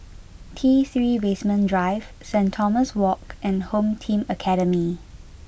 T three Basement Drive Saint Thomas Walk and Home Team Academy